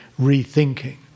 rethinking